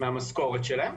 מהמשכורת שלהם,